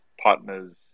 partners